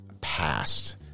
past